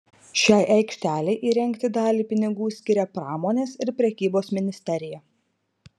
šiai aikštelei įrengti dalį pinigų skiria pramonės ir prekybos ministerija